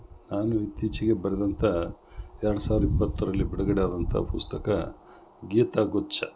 ನಾನು ಇತ್ತೀಚೆಗೆ ಬರೆದಂಥ ಎರಡು ಸಾವಿರದ ಇಪ್ಪತ್ತರಲ್ಲಿ ಬಿಡುಗಡೆಯಾದಂಥ ಪುಸ್ತಕ ಗೀತಗುಚ್ಛ